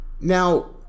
Now